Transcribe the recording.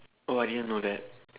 oh I didn't know that